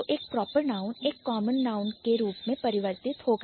तो एक Proper Noun एक Common Noun में परिवर्तित हो गया